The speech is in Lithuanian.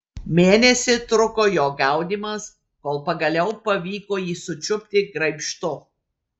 mėnesį truko jo gaudymas kol pagaliau pavyko jį sučiupti graibštu